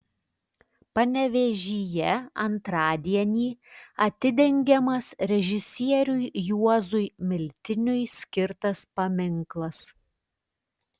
panevėžyje antradienį atidengiamas režisieriui juozui miltiniui skirtas paminklas